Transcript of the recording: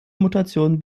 mutation